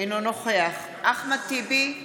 אינו נוכח אחמד טיבי,